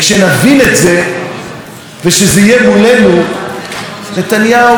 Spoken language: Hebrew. וכשזה יהיה מולנו, נתניהו כבר יהיה הרחק הרחק מפה.